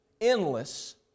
Endless